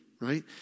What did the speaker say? right